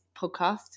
podcast